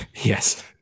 Yes